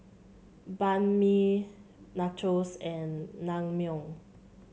Banh Mi Nachos and Naengmyeon